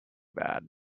bad